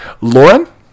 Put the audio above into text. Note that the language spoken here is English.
lauren